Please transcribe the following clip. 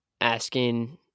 asking